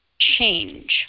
change